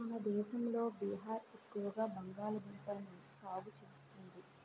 మన దేశంలో బీహార్ ఎక్కువ బంగాళదుంపల్ని సాగు చేస్తుంది